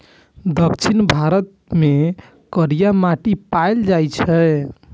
दक्षिण भारत मे करिया माटि पाएल जाइ छै